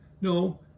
No